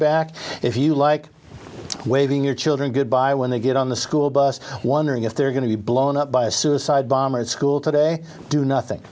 back if you like waving your children goodbye when they get on the school bus wondering if they're going to be blown up by a suicide bomber school today do nothing